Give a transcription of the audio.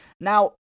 Now